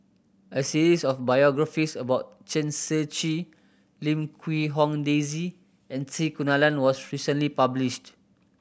a series of biographies about Chen Shiji Lim Quee Hong Daisy and C Kunalan was recently published